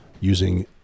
Using